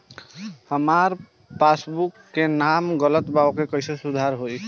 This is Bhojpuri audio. हमार पासबुक मे नाम गलत बा ओके कैसे सुधार होई?